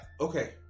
Okay